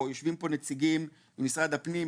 יושבים פה נציגים של משרד הפנים,